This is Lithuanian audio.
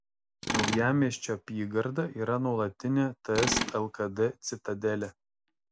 naujamiesčio apygarda yra nuolatinė ts lkd citadelė